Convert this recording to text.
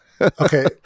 Okay